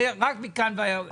זה מכאן ואילך.